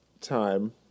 time